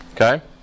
Okay